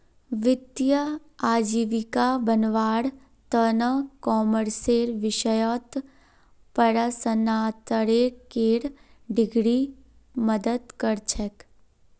वित्तीय आजीविका बनव्वार त न कॉमर्सेर विषयत परास्नातकेर डिग्री मदद कर छेक